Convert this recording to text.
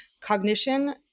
cognition